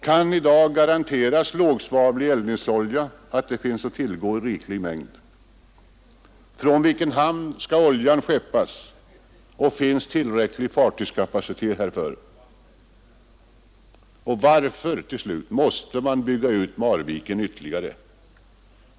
Kan det i dag garanteras att lågsvavlig eldningsolja finns att tillgå i tillräcklig mängd? Från vilken hamn kommer oljan att transporteras, och finns tillräcklig fartygskapacitet härför? Varför måste man bygga ut Marviken ytterligare?